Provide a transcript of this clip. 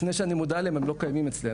לפני שאני מודע עליהם הם לא קיימים אצלי,